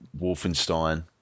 Wolfenstein